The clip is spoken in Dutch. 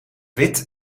wit